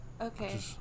okay